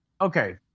okay